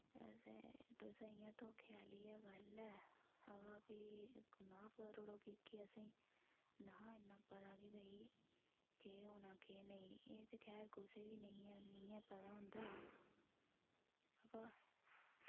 अते तुसें इ'यां धोखे आह्ली गै गल्ल ऐ अवा फ्ही माफ करूड़ो की कि असें नीं हा इन्ना पता कि भाई केह् होने केह् नेई एह् ते खैर कुसै बी नेंई ऐ पता होंदा व